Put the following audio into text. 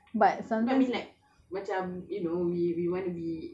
but sis don't want to be macam tu but sometimes